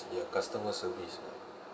their customer service ah